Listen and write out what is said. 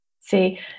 See